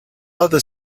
other